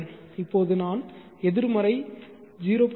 இப்போது நான் எதிர்மறை 0